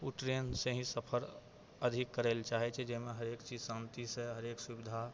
ओ ट्रेनसँ ही सफर अधिक करैलए चाहे छै जाहिमे हरेक चीज शान्तिसँ हरेक सुविधा